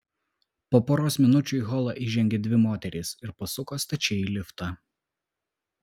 po poros minučių į holą įžengė dvi moterys ir pasuko stačiai į liftą